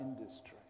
industry